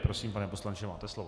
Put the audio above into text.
Prosím, pane poslanče, máte slovo.